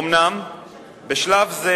אומנם בשלב זה